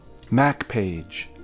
MacPage